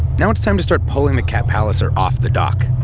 now it's time to start pulling the cap palliser off the dock